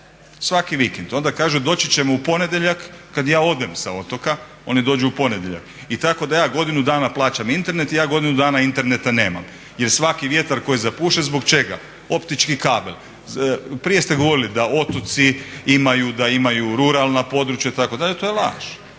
svaki vikend. Onda kažu doći ćemo u ponedjeljak kad ja odem sa otoka, oni dođu u ponedjeljak i tako da ja godinu dana plaćam internet i ja godinu dana interneta nemam jer svaki vjetar koji zapuše, zbog čega, optički kabel. Prije ste govorili da otoci imaju, da imaju ruralna područja itd., to je laž,